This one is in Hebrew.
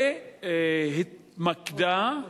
והתמקדה,